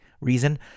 reason